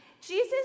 Jesus